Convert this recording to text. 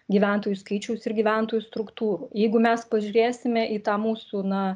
gyventojų skaičiaus ir gyventojų struktūrų jeigu mes pažiūrėsime į tą mūsų na